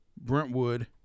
Brentwood